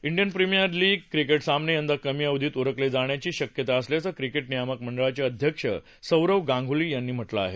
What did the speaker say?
Indian premier league cricket सामने यंदा कमी अवधित उरकले जाण्याची शक्यता असल्याचं क्रिकेट नियामक मंडळाचे अध्यक्ष सौरव गांगुली यांनी म्हटलं आहे